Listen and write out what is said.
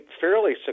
fairly